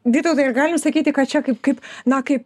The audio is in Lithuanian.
vytautai ar galim sakyti kad čia kaip kaip na kaip